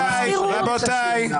רבותיי.